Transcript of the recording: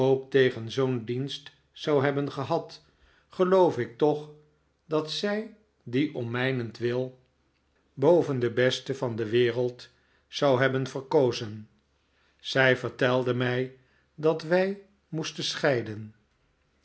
tegen zoo'n dienst zou hebben gehad geloof ik toch dat zij dien om mijnentwil wat zal men met mij do en boven den besten van de wereld zou hebben verkozen zij vertelde mij dat wij moesten scheiden